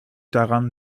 daran